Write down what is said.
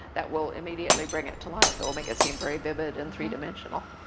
that will immediately bring it to life. it will make it seem very vivid and three-dimensional.